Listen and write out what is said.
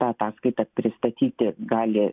tą ataskaitą pristatyti gali